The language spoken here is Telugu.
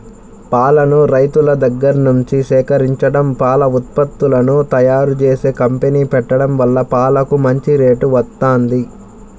పాలను రైతుల దగ్గర్నుంచి సేకరించడం, పాల ఉత్పత్తులను తయ్యారుజేసే కంపెనీ పెట్టడం వల్ల పాలకు మంచి రేటు వత్తంది